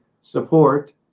support